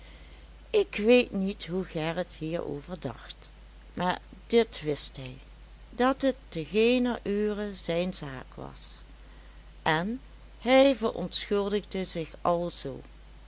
ik weet niet hoe gerrit hier over dacht maar dit wist hij dat het te geener ure zijn zaak was en hij verontschuldigde zich alzoo